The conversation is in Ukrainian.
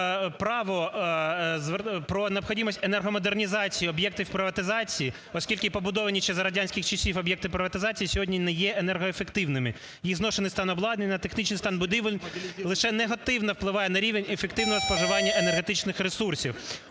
про необхідність енергомодернізації об'єктів приватизації, оскільки побудовані ще за радянських часів об'єкти приватизації сьогодні не є енергоефективними; їх зношений стан обладнання, технічний стан будівель, лише негативно впливає на рівень ефективного споживання енергетичних ресурсів.